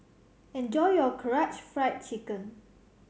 enjoy your Karaage Fried Chicken